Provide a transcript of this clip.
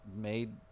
made